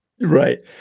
right